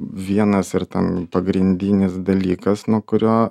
vienas ir ten pagrindinis dalykas nuo kurio